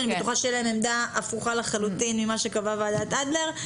אני בטוחה שתהיה להם עמדה הפוכה לחלוטין ממה קבעה ועדת אדלר.